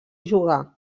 jugar